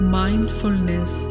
mindfulness